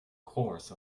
course